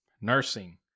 Nursing